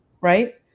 right